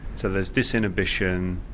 so there's disinhibition,